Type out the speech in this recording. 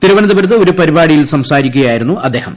തിരുവനന്തപുരത്ത് ഒരു പരിപാടിയിൽ സംസാരിക്കുകയായിരുന്നു അദ്ദേഹം